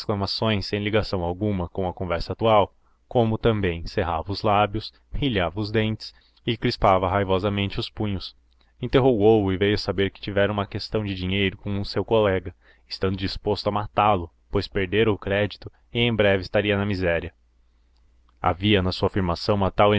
exclamações sem ligação alguma com a conversa atual como também cerrava os lábios rilhava os dentes e crispava raivosamente os punhos interrogou-o e veio a saber que tivera uma questão de dinheiro com um seu colega estando disposto a matá-lo pois perdera o crédito e em breve estaria na miséria havia na sua afirmação uma tal